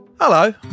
Hello